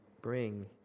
bring